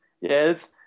Yes